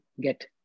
get